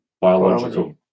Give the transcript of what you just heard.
biological